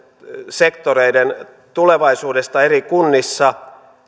sektoreiden tulevaisuudesta eri kunnissa